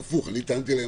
הפוך, אני טענתי אז